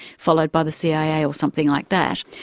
followed by the cia or something like that.